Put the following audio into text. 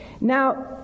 Now